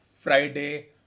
Friday